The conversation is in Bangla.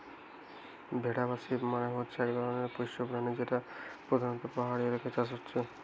ভেড়া বা শিপ মানে হচ্ছে এক ধরণের পোষ্য প্রাণী যেটা পোধানত পাহাড়ি এলাকায় চাষ হচ্ছে